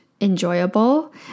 enjoyable